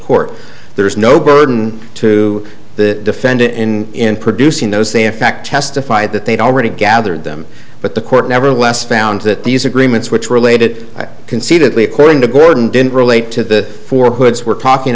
court there's no burden to the defendant in in producing those they in fact testified that they'd already gathered them but the court nevertheless found that these agreements which related concededly according to gordon didn't relate to the four hoods we're talking